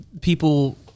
people